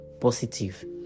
positive